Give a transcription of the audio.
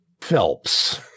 Phelps